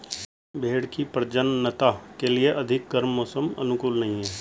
भेंड़ की प्रजननता के लिए अधिक गर्म मौसम अनुकूल नहीं है